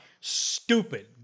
Stupid